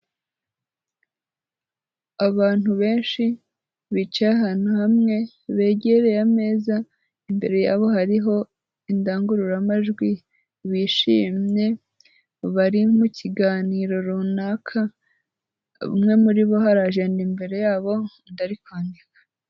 Abantu benshi bicaye ahantu hamwe begereye ameza, imbere yabo hariho indangururamajwi bishimye bari mu kiganiro runaka, umwe muri bo arimo aragenda imbere yabo, undi ari kwandika.